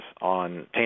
on